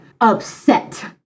upset